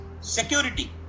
security